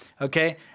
okay